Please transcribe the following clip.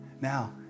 Now